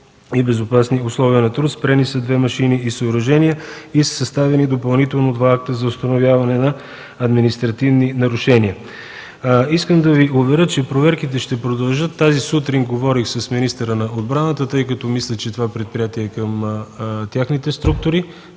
и безопасни условия на труд. Спрени са две машини и съоръжения и са съставени допълнително два акта за установяване на административни нарушения. Искам да Ви уверя, че проверките ще продължат. Тази сутрин говорих с министъра на отбраната, тъй като мисля, че това предприятие е към техните структури.